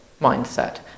mindset